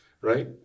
right